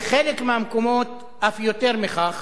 בחלק מהמקומות אף יותר מכך,